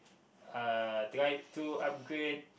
uh try to upgrade